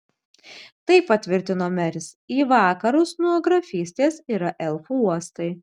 taip patvirtino meris į vakarus nuo grafystės yra elfų uostai